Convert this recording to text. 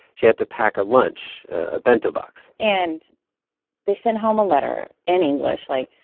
she had to pack a lunch a bento box and they sent home a letter in english like,